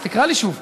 אז תקרא לי שוב.